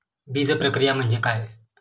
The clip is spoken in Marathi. बीजप्रक्रिया म्हणजे काय?